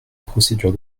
procédure